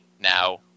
Now